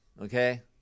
okay